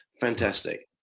Fantastic